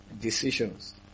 Decisions